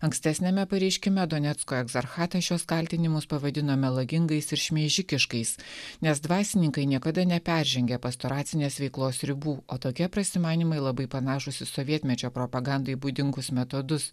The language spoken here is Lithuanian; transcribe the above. ankstesniame pareiškime donecko egzarchatas šiuos kaltinimus pavadino melagingais ir šmeižikiškais nes dvasininkai niekada neperžengia pastoracinės veiklos ribų o tokie prasimanymai labai panašūs į sovietmečio propagandai būdingus metodus